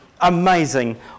amazing